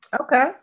Okay